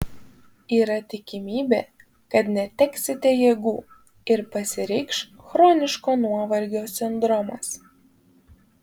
yra tikimybė kad neteksite jėgų ir pasireikš chroniško nuovargio sindromas